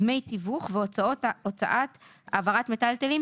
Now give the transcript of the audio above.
דמי תיווך והוצאות העברת המיטלטלין.